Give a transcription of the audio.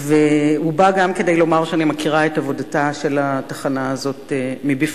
הוא בא גם כדי לומר שאני מכירה את עבודתה של התחנה הזאת מבפנים,